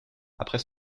après